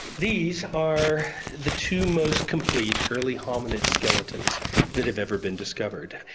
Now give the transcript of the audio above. these are the two most complete early hominid skeletons that have ever been discovered.